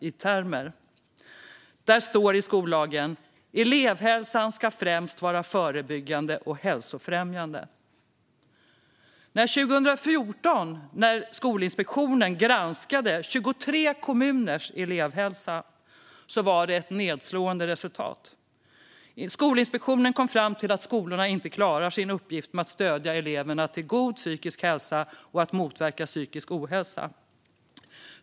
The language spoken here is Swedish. Det står i skollagen: Elevhälsan ska främst vara förebyggande och hälsofrämjande. När Skolinspektionen 2014 granskade 23 kommuners elevhälsa var det ett nedslående resultat. Skolinspektionen kom fram till att skolorna inte klarar sin uppgift att stödja eleverna till god psykisk hälsa och att motverka psykisk ohälsa.